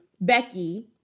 Becky